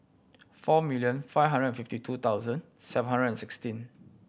four million five hundred and fifty two thousand seven hundred and sixteen